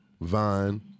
Vine